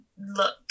look